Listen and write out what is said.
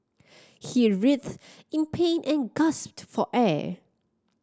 he writhed in pain and gasped for air